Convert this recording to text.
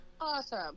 awesome